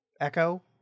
Echo